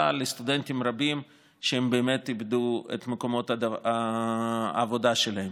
לסטודנטים רבים שאיבדו את מקומות העבודה שלהם.